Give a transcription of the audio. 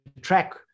track